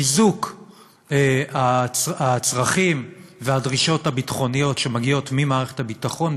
חיזוק הצרכים והדרישות הביטחוניות שמגיעות ממערכת הביטחון.